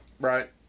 Right